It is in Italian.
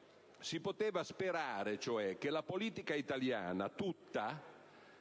nazionale di riforma, che la politica italiana, tutta,